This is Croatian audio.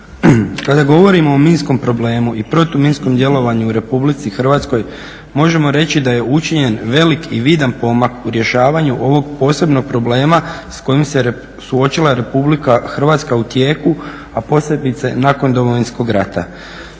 Kada govorimo o minskom problemu i protuminskom djelovanju u Republici Hrvatskoj možemo reći da je učinjen velik i vidan pomak u rješavanju ovog posebnog problema s kojim se suočila Republika Hrvatska u tijeku a posebice nakon Domovinskog rata.